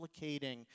replicating